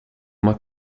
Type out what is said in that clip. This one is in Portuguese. uma